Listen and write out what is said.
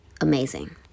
amazing